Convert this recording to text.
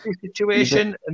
situation